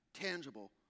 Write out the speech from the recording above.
tangible